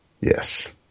Yes